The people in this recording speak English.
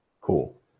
Cool